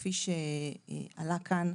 כפי שעלה כאן,